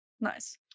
Nice